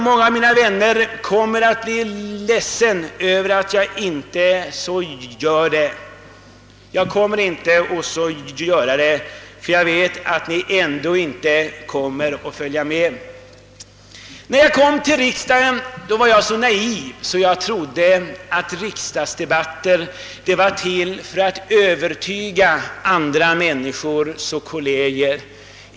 Många av mina vänner kommer säkert att bli ledsna över att jag inte gör det, men jag avstår ändå därifrån, eftersom jag vet att ni inte kommer att rösta för dem. När jag kom till riksdagen var jag så naiv att jag trodde att riksdagsdebatterna var till för att övertyga både kolleger och andra människor.